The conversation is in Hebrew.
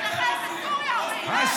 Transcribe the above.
ומחר תבקשו פסילה על כל מי